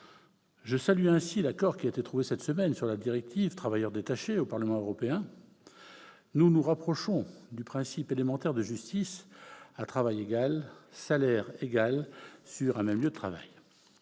Je salue ainsi l'accord qui a été trouvé cette semaine sur la directive « travailleurs détachés » au Parlement européen. Nous nous rapprochons du principe élémentaire de justice « à travail égal, salaire égal, sur un même lieu de travail